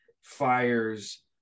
fires